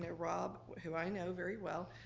yeah rob, who i know very well,